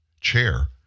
chair